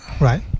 right